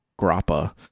Grappa